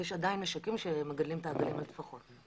יש עדיין משקים, שהם מגדלים את העגלים על טפחות.